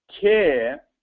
care